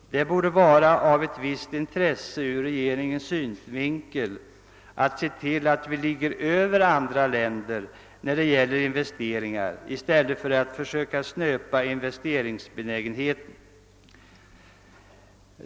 Det borde vara av ett visst intresse ur regeringens synvinkel att se till att vi ligger över andra länder när det gäller investeringar i stället för att försöka snöpa investeringsbenägenheten.